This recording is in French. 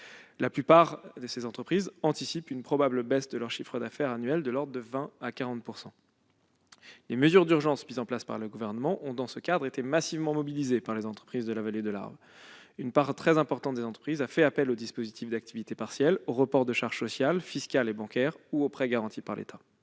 La plupart de ces entreprises anticipent une probable baisse de leur chiffre d'affaires annuel de l'ordre de 20 % à 40 %. Les mesures d'urgence mises en place par le Gouvernement ont été massivement mobilisées par les entreprises de la vallée de l'Arve. Une part très importante de ces entreprises ont fait appel au dispositif d'activité partielle, au report de charges sociales, fiscales et bancaires ou aux prêts garantis par l'État.